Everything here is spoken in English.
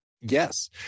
Yes